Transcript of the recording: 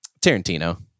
Tarantino